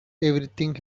everything